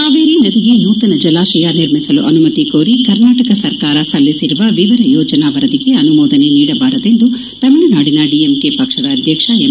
ಕಾವೇರಿ ನದಿಗೆ ನೂತನ ಜಲಾಶಯ ನಿರ್ಮಿಸಲು ಅನುಮತಿ ಕೋರಿ ಕರ್ನಾಟಕ ಸರ್ಕಾರ ಸಲ್ಲಿಸಿರುವ ವಿವರ ಯೋಜನಾ ವರದಿಗೆ ಅನುಮೋದನೆ ನೀಡಬಾರದು ಎಂದು ತಮಿಳುನಾಡಿನ ಡಿಎಂಕೆ ಪಕ್ಷದ ಅಧ್ಯಕ್ಷ ಎಂ